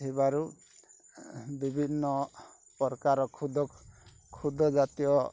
ଥିବାରୁ ବିଭିନ୍ନ ପ୍ରକାର ଖୁଦ ଖୁଦ ଜାତୀୟ